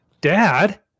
Dad